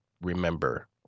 remember